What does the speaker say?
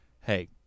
hey